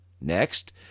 Next